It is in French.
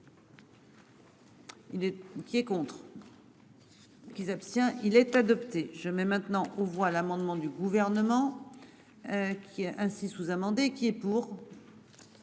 qui est contre. Qui s'abstient il est adopté, je mets maintenant aux voix l'amendement du gouvernement. Qui est ainsi sous-amendé qui est pour.